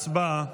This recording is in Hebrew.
הצבעה.